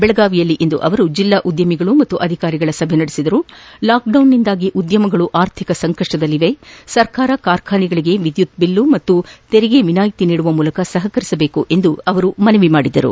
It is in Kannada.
ಬೆಳಗಾವಿಯಲ್ಲಿಂದು ಜಿಲ್ಲಾ ಉದ್ಯಮಿಗಳು ಹಾಗೂ ಅಧಿಕಾರಿಗಳ ಸಭೆಯಲ್ಲಿ ಮಾತನಾಡಿದ ಅವರು ಲಾಕ್ಡೌನ್ನಿಂದಾಗಿ ಉದ್ಭಮಗಳು ಆರ್ಥಿಕ ಸಂಕಷ್ನದಲ್ಲಿದ್ದು ಸರ್ಕಾರ ಕಾರ್ಖಾನೆಗಳಿಗೆ ಎದ್ದುತ್ ಬಿಲ್ ಮತ್ತು ತೆರಿಗೆ ವಿನಾಯಿತಿ ನೀಡುವ ಮೂಲಕ ಸಹಕರಿಸಬೇಕು ಎಂದು ಮನವಿ ಮಾಡಿದರು